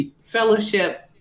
fellowship